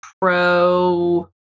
pro